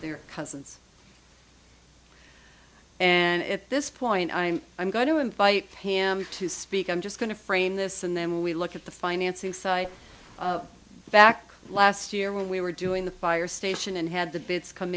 they're cousins and at this point i'm i'm going to invite him to speak i'm just going to frame this and then we look at the financing site back last year when we were doing the fire station and had the